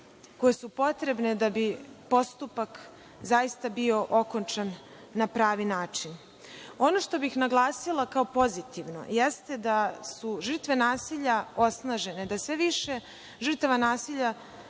koje su potrebne da bi postupak zaista bio okončan na pravi način. Ono što bih naglasila kao pozitivno jeste da su žrtve nasilja osnažene, da sve više prijavljuju, da